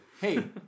Hey